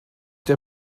der